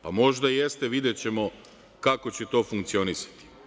Pa, možda jeste, videćemo kako će to funkcionisati.